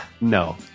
No